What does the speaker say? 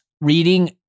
reading